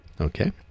Okay